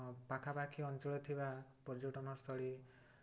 ପାଖାପାଖି ଅଞ୍ଚଳ ଥିବା ପର୍ଯ୍ୟଟନସ୍ଥଳୀ